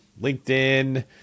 LinkedIn